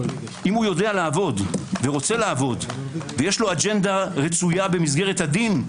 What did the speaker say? אם הוא יודע ורוצה לעבוד ויש לו אג'נדה רצויה במסגרת הדין,